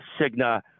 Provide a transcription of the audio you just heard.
cigna